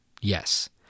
Yes